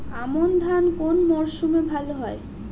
আমন ধান কোন মরশুমে ভাল হয়?